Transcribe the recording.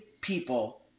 people